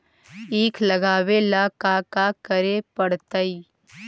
ईख लगावे ला का का करे पड़तैई?